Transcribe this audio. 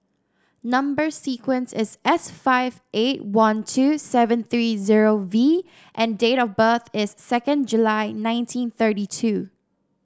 number sequence is S five eight one two seven three zero V and date of birth is second July nineteen thirty two